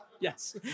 Yes